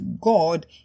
God